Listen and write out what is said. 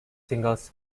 singles